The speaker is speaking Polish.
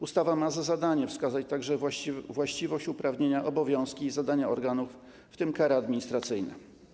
Ustawa ma za zadanie wskazać także właściwość, uprawienia, obowiązki i zadania organów, w tym kary administracyjne.